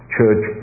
church